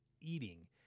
Eating